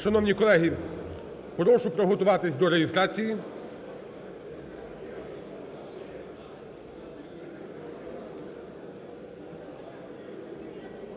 Шановні колеги, прошу приготуватись до реєстрації.